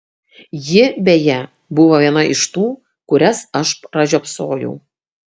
ji beje buvo viena iš tų kurias aš pražiopsojau